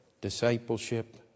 discipleship